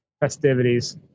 festivities